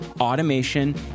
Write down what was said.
automation